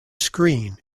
screen